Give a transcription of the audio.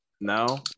no